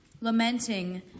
Lamenting